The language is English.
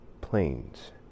planes